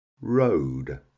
Road